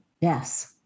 Yes